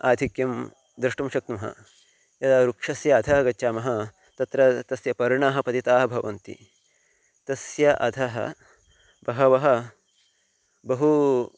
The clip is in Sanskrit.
आधिक्यं द्रष्टुं शक्नुमः यदा वृक्षस्य अधः गच्छामः तत्र तस्य पर्णानि पतितानि भवन्ति तस्य अधः बहवः बहवः